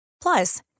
Plus